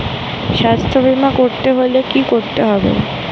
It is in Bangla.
স্বাস্থ্যবীমা করতে হলে কি করতে হবে?